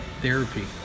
therapy